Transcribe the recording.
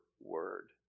word